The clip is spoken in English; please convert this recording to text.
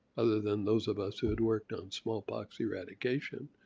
other than those of us who had worked on smallpox eradication.